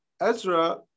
Ezra